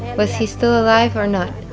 was he still alive or not?